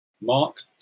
Mark